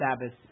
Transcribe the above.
Sabbath